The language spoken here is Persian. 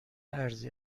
ارزی